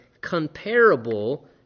comparable